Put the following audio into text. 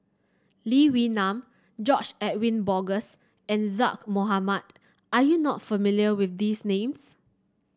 Lee Wee Nam George Edwin Bogaars and Zaqy Mohamad are you not familiar with these names